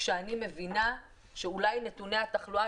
כשאני מבינה שאולי נתוני התחלואה,